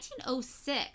1906